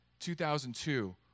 2002